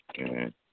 Okay